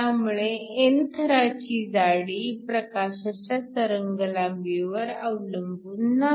त्यामुळे n थराची जाडी प्रकाशाच्या तरंगलांबीवर अवलंबून नाही